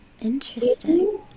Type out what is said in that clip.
Interesting